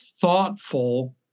thoughtful